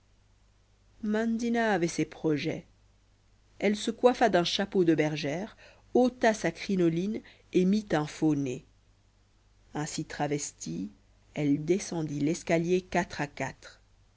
mandina avait ses projets elle se coiffa d'un chapeau de bergère ôta sa crinoline et mit un faux nez ainsi travestie elle descendit l'escalier quatre à quatre